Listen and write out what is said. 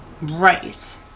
Right